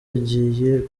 agiye